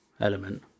element